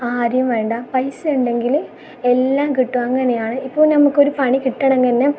ആരേം വേണ്ട പൈസ ഉണ്ടങ്കിൽ എല്ലാം കിട്ടും അങ്ങനെയാണ് ഇപ്പോൾ നമുക്കൊരു പണി കിട്ടണങ്ങന്നെ